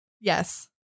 Yes